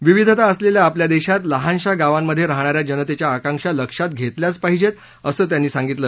विविधता असलेल्या आपल्या देशात लहानशा गावांमध्ये राहणाऱ्या जनतेच्या आकांक्षा लक्षात घेतल्याच पाहिजेत असं त्यांनी सांगितलं